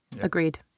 Agreed